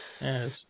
Yes